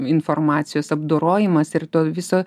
informacijos apdorojimas ir to viso